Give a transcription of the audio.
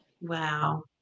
Wow